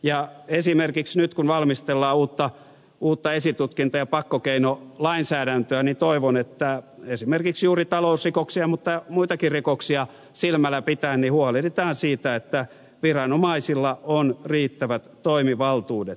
ja esimerkiksi nyt kun valmistellaan uutta esitutkinta ja pakkokeinolainsäädäntöä toivon että esimerkiksi juuri talousrikoksia mutta muitakin rikoksia silmällä pitäen huolehditaan siitä että viranomaisilla on riittävät toimivaltuudet